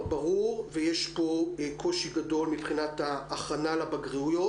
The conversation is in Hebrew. ברור ויש פה קושי גדול מבחינת ההכנה לבגרויות.